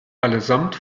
allesamt